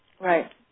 Right